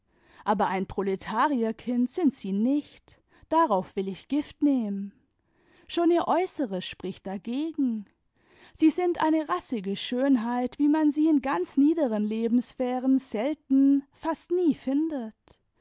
aber ein proletarierkind sind sie nicht darauf will ich gift nehmen schon ihr äußeres spricht dagegen sie sind eine rassige schönheit wie man sie in ganz niederen lebenssphären selten fast nie findet